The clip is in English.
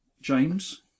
James